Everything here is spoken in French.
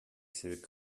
ses